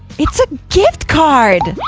it's a gift card!